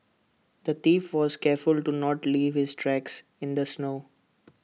the thief was careful to not leave his tracks in the snow